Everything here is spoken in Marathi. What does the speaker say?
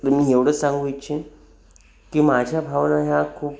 तर मी एवढंच सांगू इच्छिन की माझ्या भावना ह्या खूप